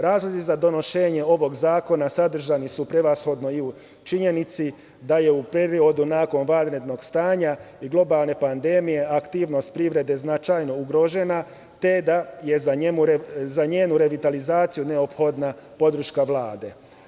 Razlozi za donošenje ovog zakona sadržani su prevashodno i u činjenici da je u periodu nakon vanrednog stanja i globalne pandemije aktivnost privrede značajno ugrožena, te da je za njenu revitalizaciju neophodna podrška Vlade.